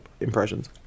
impressions